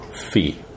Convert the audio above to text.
fee